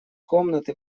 комнаты